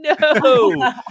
no